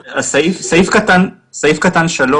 ניצן: בסעיף קטן (3),